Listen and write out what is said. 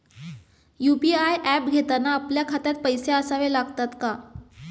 UPI app घेताना आपल्या खात्यात पैसे असावे लागतात का?